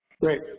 Great